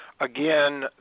Again